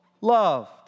loved